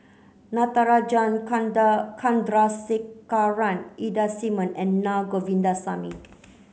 Natarajan Chandrasekaran Ida Simmons and Na Govindasamy